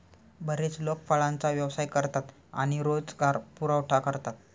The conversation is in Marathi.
बरेच लोक फळांचा व्यवसाय करतात आणि रोजगार पुरवठा करतात